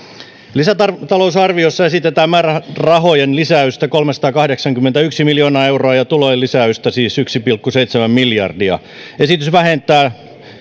lisätalousarviossa esitetään määrärahojen lisäystä kolmesataakahdeksankymmentäyksi miljoonaa euroa ja tulojen lisäystä siis yksi pilkku seitsemän miljardia esitys vähentää